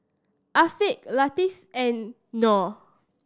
Afiq Latif and Noh